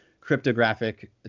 cryptographic